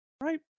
Right